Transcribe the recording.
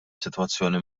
sitwazzjoni